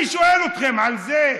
אני שואל אתכם, על זה?